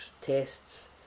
tests